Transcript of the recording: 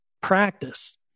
practice